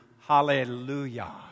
hallelujah